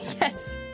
Yes